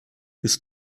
bis